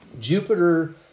Jupiter